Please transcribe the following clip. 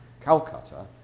Calcutta